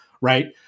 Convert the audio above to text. right